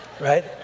Right